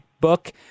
book